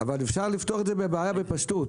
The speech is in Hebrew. אבל אפשר לפתור את זה בבעיה בפשטות.